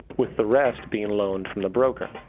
with the rest being loaned from the broker.